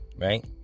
Right